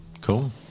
Cool